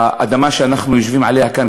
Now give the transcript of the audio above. האדמה שאנחנו יושבים עליה כאן,